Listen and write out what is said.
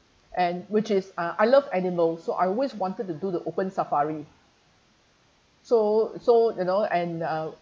and which is uh I love animals so I always wanted to do the open safari so so you know and uh